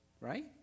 Right